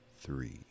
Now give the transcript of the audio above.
three